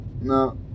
no